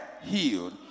healed